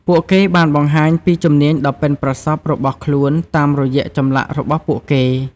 ពួកគេបានបង្ហាញពីជំនាញដ៏ប៉ិនប្រសប់របស់ខ្លួនតាមរយៈចម្លាក់របស់ពួកគេ។